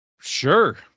Sure